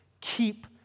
Keep